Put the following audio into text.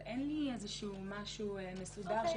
אבל אין לי איזשהו משהו מסודר.